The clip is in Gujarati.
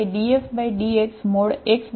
તો ચાલો આપણે ધારીએ કે dFdx|x x0≠0 છે આ શું છે